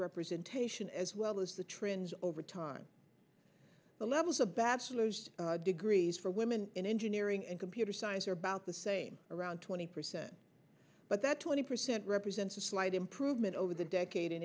representation as well as the trends over time the levels a bachelor's degrees for women generic and computer science are about the same around twenty percent but that twenty percent represents a slight improvement over the decade in